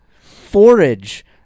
Forage